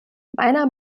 meiner